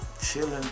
chilling